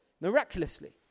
miraculously